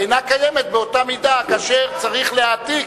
אינה קיימת באותה מידה כאשר צריך להעתיק,